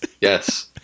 Yes